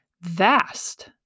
vast